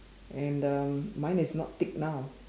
and um mine is not thick now